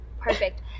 Perfect